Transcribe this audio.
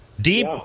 Deep